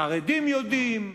החרדים יודעים,